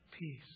peace